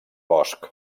bosch